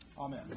Amen